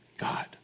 God